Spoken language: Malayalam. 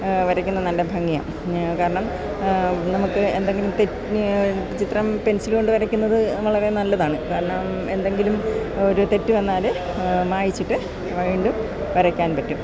വരയ്ക്കുന്നതു നല്ല ഭംഗിയാണ് കാരണം നമുക്ക് എന്തെങ്കിലും തെ ചിത്രം പെൻസില് കൊണ്ട് വരയ്ക്കുന്നത് വളരെ നല്ലതാണ് കാരണം എന്തെങ്കിലും ഒരു തെറ്റ് വന്നാല് മായ്ച്ചിട്ട് വീണ്ടും വരയ്ക്കാൻ പറ്റും